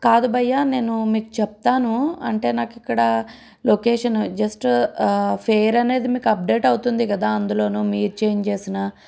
కాదు భయ్యా నేను మీకు చెప్తాను అంటే నాకు ఇక్కడ లొకేషన్ జస్ట్ ఫేర్ అనేది మీకూ అప్డేట్ అవుతుంది కదా అందులోనూ మీరూ చేంజ్ చేసిన